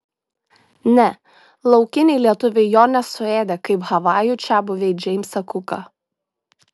ne laukiniai lietuviai jo nesuėdė kaip havajų čiabuviai džeimsą kuką